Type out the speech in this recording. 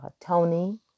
Tony